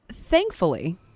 thankfully